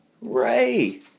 Ray